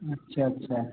अच्छा अच्छा